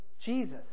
Jesus